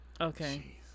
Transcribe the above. Okay